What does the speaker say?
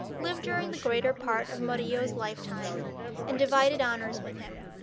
lived during the greater part of murillo's lifetime and divided honors with him.